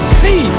see